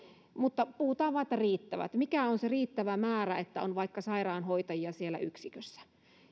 mutta siellä puhutaan vain että riittävä mikä on se riittävä määrä vaikka sairaanhoitajia siellä yksikössä